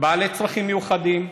בעלי צרכים מיוחדים,